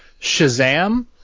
Shazam